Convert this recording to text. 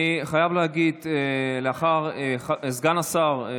אני חייב להגיד, סגן השר: